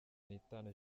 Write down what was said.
nitanu